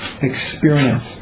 experience